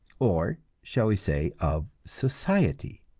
or shall we say of society?